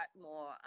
more